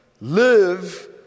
live